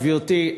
גברתי,